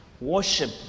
worship